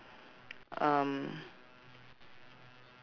um